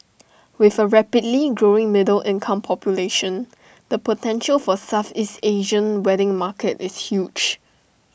with A rapidly growing middle income population the potential for Southeast Asian wedding market is huge